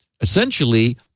essentially